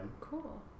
cool